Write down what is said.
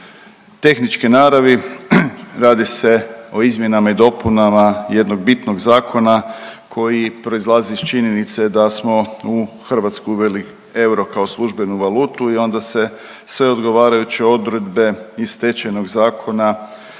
tehničke naravi. Radi se o izmjenama i dopunama jednog bitnog zakona koji proizlazi iz činjenice da smo u Hrvatsku uveli euro kao službenu valutu i onda se sve odgovarajuće odredbe iz Stečajnog zakona